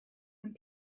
and